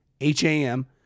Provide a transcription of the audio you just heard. H-A-M